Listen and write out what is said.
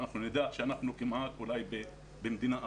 נדע שאנחנו כמעט במדינה אחרת.